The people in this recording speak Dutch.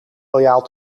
loyaal